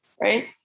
right